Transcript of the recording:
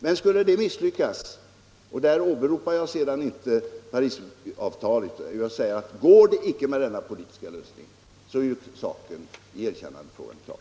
Men skulle denna politiska lösning misslyckas — då åberopar jag inte Parisavtalet — är saken i erkännadefrågan klar.